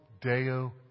Deo